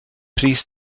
pris